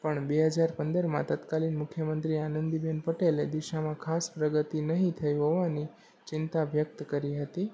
પણ બે હજાર પંદરમાં તત્કાલીન મુખ્યમંત્રી આનંદીબેન પટેલે એ દિશામાં ખાસ પ્રગતિ નહીં થઈ હોવાની ચિંતા વ્યક્ત કરી હતી